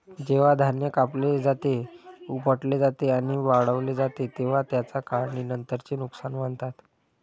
जेव्हा धान्य कापले जाते, उपटले जाते आणि वाळवले जाते तेव्हा त्याला काढणीनंतरचे नुकसान म्हणतात